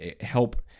help